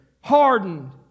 hardened